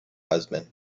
husband